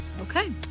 Okay